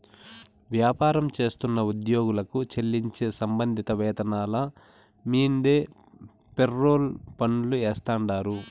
వ్యాపారం చేస్తున్న ఉద్యోగులకు చెల్లించే సంబంధిత వేతనాల మీన్దే ఫెర్రోల్ పన్నులు ఏస్తాండారు